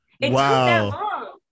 wow